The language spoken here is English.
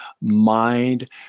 mind